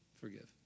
forgive